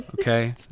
Okay